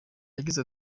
yagize